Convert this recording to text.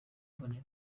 mbonera